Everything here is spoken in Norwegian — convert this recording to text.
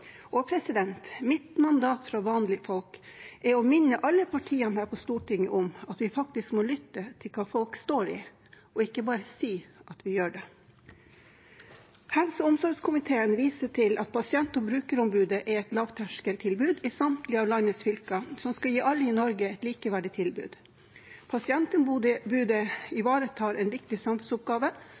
og mitt mandat fra vanlige folk er å minne alle partiene her på Stortinget om at vi faktisk må lytte til hva folk står i, og ikke bare si at vi gjør det. Helse- og omsorgskomiteen viser til at Pasient- og brukerombudet er et lavterskeltilbud i samtlige av landets fylker som skal gi alle i Norge et likeverdig tilbud. Pasientombudet ivaretar en viktig samfunnsoppgave,